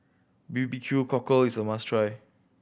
B B Q Cockle is a must try